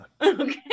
Okay